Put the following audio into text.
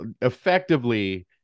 effectively